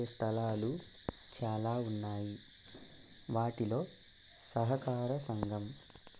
స్థలాలు చాలా ఉన్నాయి వాటిలో సహకార సంఘం